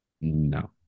No